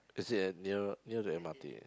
is it near near the m_r_t eh